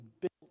built